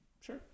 Sure